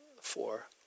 four